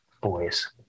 boys